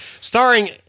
starring